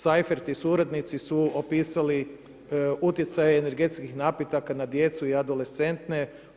Saferty suradnici su opisali utjecaje energetskih napitaka na djecu i adolescente.